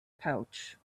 pouch